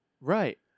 Right